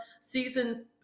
season